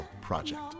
project